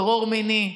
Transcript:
טרור מיני,